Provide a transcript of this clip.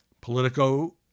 Politico